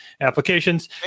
applications